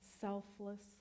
Selfless